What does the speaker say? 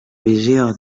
visió